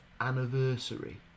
anniversary